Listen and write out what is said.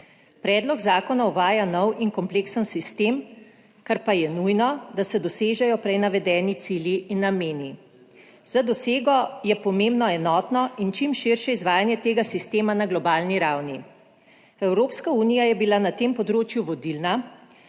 Predlog zakona uvaja nov in kompleksen sistem, kar pa je nujno, je, da se dosežejo prej navedeni cilji in nameni. Za dosego je pomembno enotno in čim širše izvajanje tega sistema na globalni ravni. Evropska unija je bila na tem področju vodilna,